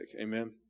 Amen